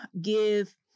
give